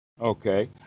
Okay